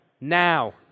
Now